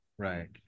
Right